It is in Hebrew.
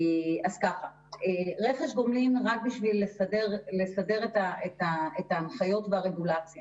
ברכש גומלין רק בשביל לסדר את ההנחיות והרגולציה